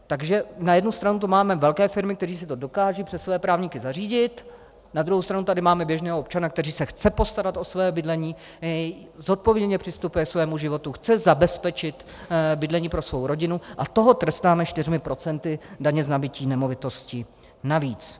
Takže na jednu stranu tu máme velké firmy, které si to dokážou přes své právníky zařídit, na druhou stranu tady máme běžného občana, který se chce postarat o své bydlení, zodpovědně přistupuje ke svému životu, chce zabezpečit bydlení pro svou rodinu, a toho trestáme čtyřmi procenty daně z nabytí nemovitosti navíc.